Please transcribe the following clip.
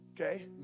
okay